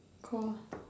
call